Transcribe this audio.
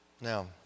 Now